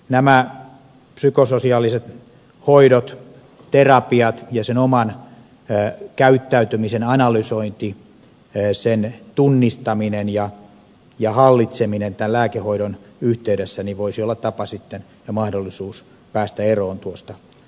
nämä psykososiaaliset hoidot terapiat ja sen oman käyttäytymisen analysointi sen tunnistaminen ja hallitseminen tämän lääkehoidon yhteydessä voisivat olla tapa ja mahdollisuus päästä eroon tuosta sairaasta tavasta